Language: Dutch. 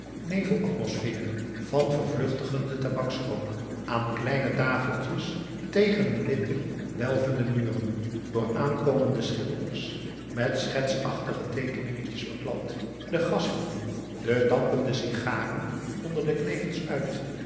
benauwende nevelatmosfeer van vervluchtigenden tabaksrook aan kleine tafeltjes tegen de witte welvende muren door aankomende schilders met schetsachtige teekeningetjes beklad de gasten de dampende sigaren onder de knevels uit